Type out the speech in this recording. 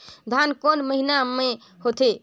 धान कोन महीना मे होथे?